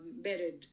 buried